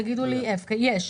תגידו לי שיש.